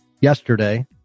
yesterday